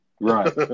Right